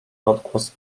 odgłos